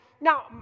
Now